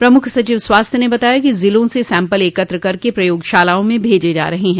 प्रमुख सचिव स्वास्थ्य ने बताया कि जिलों से सम्पल एकत्र करके प्रयोगशालाओं में भेजे जा रहे हैं